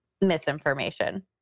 misinformation